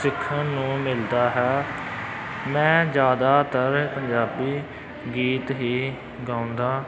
ਸਿੱਖਣ ਨੂੰ ਮਿਲਦਾ ਹੈ ਮੈਂ ਜ਼ਿਆਦਾਤਰ ਪੰਜਾਬੀ ਗੀਤ ਹੀ ਗਾਉਂਦਾ